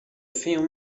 few